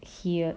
here